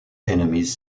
enemies